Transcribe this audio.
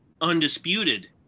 undisputed